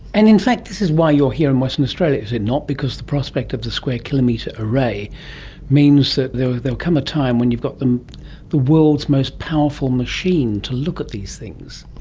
and in fact this is why you are here in western australia, is it not, because the prospect of the square kilometre array means that there will come a time when you've got the the world's most powerful machine to look at these these things.